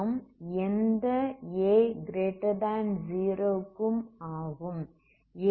இது எந்த a0 க்கு ஆகும்